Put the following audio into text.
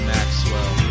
Maxwell